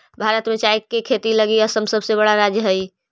भारत में चाय के खेती लगी असम सबसे बड़ा राज्य हइ